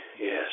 yes